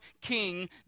king